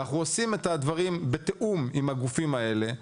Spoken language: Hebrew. ואנחנו עושים את הדברים בתיאום עם הגופים האלה,